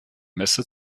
messe